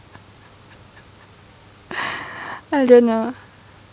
I don't know